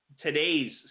today's